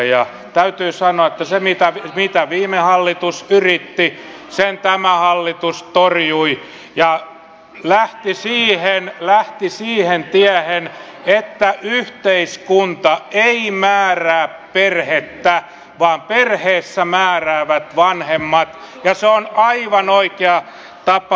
ja täytyy sanoa että sen mitä viime hallitus yritti tämä hallitus torjui ja lähti sille tielle että yhteiskunta ei määrää perhettä vaan perheessä määräävät vanhemmat ja se on aivan oikea tapa